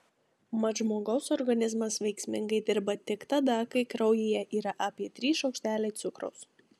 mat žmogaus organizmas veiksmingai dirba tik tada kai kraujyje yra apie trys šaukšteliai cukraus